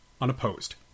unopposed